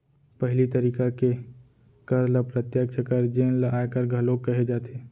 पहिली तरिका के कर ल प्रत्यक्छ कर जेन ल आयकर घलोक कहे जाथे